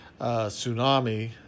tsunami